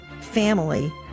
family